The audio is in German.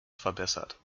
verbessert